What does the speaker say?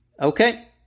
Okay